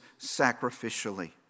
sacrificially